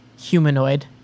humanoid